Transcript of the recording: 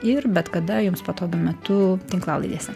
ir bet kada jums patogiu metu tinklalaidėse